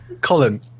Colin